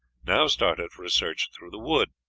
now started for a search through the wood,